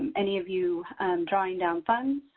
any of you drawing down funds.